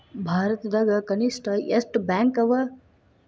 ಭಾರತದಾಗ ಕನಿಷ್ಠ ಎಷ್ಟ್ ಬ್ಯಾಂಕ್ ಅವ?